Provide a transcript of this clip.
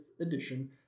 edition